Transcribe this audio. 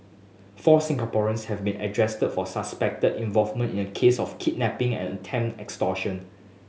four Singaporeans have been arrested for suspected involvement in a case of kidnapping and attempt extortion